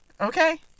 okay